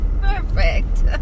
Perfect